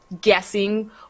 guessing